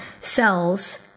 cells